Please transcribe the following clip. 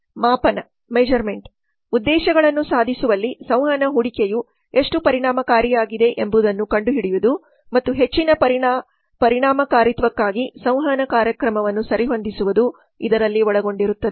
ಮಾಪನ ಉದ್ದೇಶಗಳನ್ನು ಸಾಧಿಸುವಲ್ಲಿ ಸಂವಹನ ಹೂಡಿಕೆಯು ಎಷ್ಟು ಪರಿಣಾಮಕಾರಿಯಾಗಿದೆ ಎಂಬುದನ್ನು ಕಂಡುಹಿಡಿಯುವುದು ಮತ್ತು ಹೆಚ್ಚಿನ ಪರಿಣಾಮಕಾರಿತ್ವಕ್ಕಾಗಿ ಸಂವಹನ ಕಾರ್ಯಕ್ರಮವನ್ನು ಸರಿಹೊಂದಿಸುವುದು ಇದರಲ್ಲಿ ಒಳಗೊಂಡಿರುತ್ತದೆ